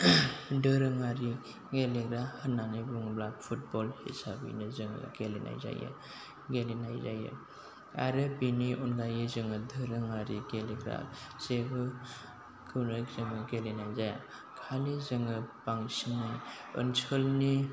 दोरोङारि गेलेग्रा होननानै बुङोब्ला फुटबल हिसाबैनो जोङो गेलेनाय जायो गेलेनाय जायो आरो बिनि अनगायै जोङो दोरोङारि गेलेग्रा जेबो गुबुन खेला गेलेनाय जाया खालि जोङो बांसिनै ओनसोलनि